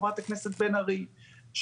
חברת הכנסת בן ארי,